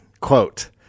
Quote